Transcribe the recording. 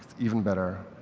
even better.